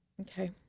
Okay